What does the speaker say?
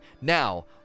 now